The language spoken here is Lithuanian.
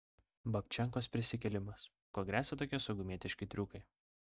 babčenkos prisikėlimas kuo gresia tokie saugumietiški triukai